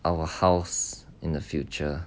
our house in the future